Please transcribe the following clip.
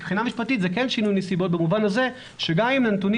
מבחינה משפטית זה כן שינוי נסיבות במובן הזה שגם אם הנתונים